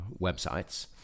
websites